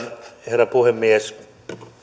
herra puhemies käytävä